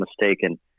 mistaken